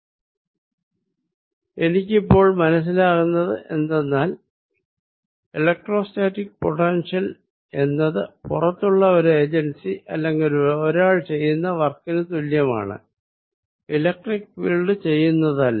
അപ്പോൾ എനിക്കിപ്പോൾ മനസ്സിലാകുന്നത് എന്തെന്നാൽ എലെക്ട്രോസ്റ്റാറ്റിക് പൊട്ടൻഷ്യൽ എന്നത് പുറത്തുള്ള ഒരേജൻസി അല്ലെങ്കിൽ ഒരാൾ ചെയ്യുന്ന വർക്കിന് തുല്യമാണ് ഇലക്ട്രിക്ക് ഫീൽഡ് ചെയ്യുന്നതല്ല